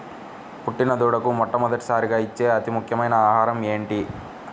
పుట్టిన దూడకు మొట్టమొదటిసారిగా ఇచ్చే అతి ముఖ్యమైన ఆహారము ఏంటి?